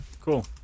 Cool